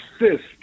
assist